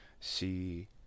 see